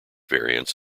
variants